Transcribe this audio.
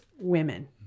women